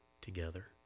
together